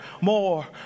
more